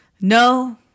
No